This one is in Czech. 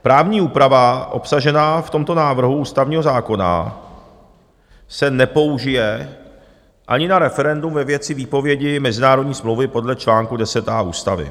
Právní úprava obsažená v tomto návrhu ústavního zákona se nepoužije ani na referendu ve věci výpovědi mezinárodní smlouvy podle čl. 10a ústavy.